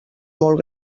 molt